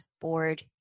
board